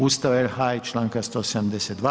Ustava RH i članka 172.